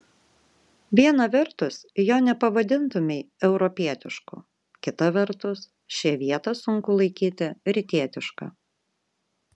viena vertus jo nepavadintumei europietišku kita vertus šią vietą sunku laikyti rytietiška